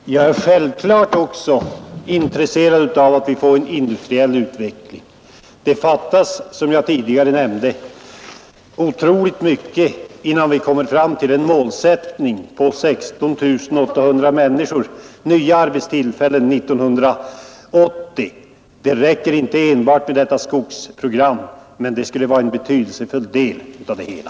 Fru talman! Jag är självklart också intresserad av att vi får en industriell utveckling. Det fattas, som jag tidigare nämnde, otroligt mycket innan vi kommer fram till målsättningen 16 800 nya arbetstillfällen år 1980. Det räcker inte med enbart detta skogsprogram, men det skulle vara en betydelsefull del av det hela.